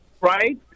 right